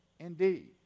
Indeed